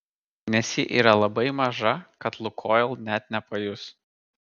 nes ji yra labai maža kad lukoil net nepajus